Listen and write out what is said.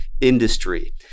industry